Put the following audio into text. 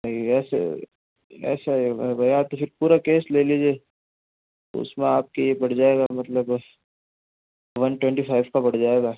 नहीं ऐसे ऐसा है भैया फिर पूरा कैश ले लीजिए उसमें आपकी ये पड़ जाएगा मतलब वन ट्वेंटी फाइव का पड़ जाएगा